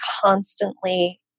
constantly